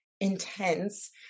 intense